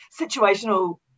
situational